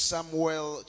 Samuel